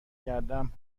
کردم